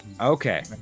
Okay